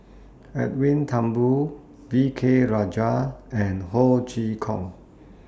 Edwin Thumboo V K Rajah and Ho Chee Kong